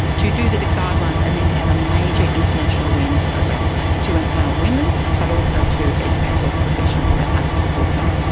to do the guidelines and then to have a major international awareness program to empower women but also to educate health professionals about how to support them.